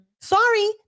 Sorry